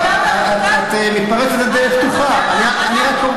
את מתפרצת לדלת פתוחה, אתה יודע מה?